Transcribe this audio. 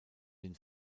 den